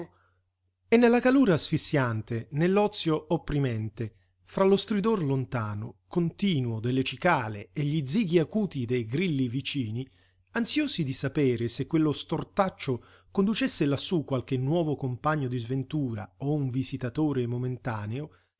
e nella calura asfissiante nell'ozio opprimente fra lo stridor lontano continuo delle cicale e gli zighi acuti dei grilli vicini ansiosi di sapere se quello stortaccio conducesse lassù qualche nuovo compagno di sventura o un visitatore momentaneo